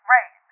Right